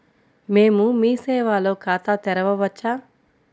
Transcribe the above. మేము మీ సేవలో ఖాతా తెరవవచ్చా?